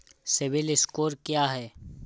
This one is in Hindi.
सिबिल स्कोर क्या है?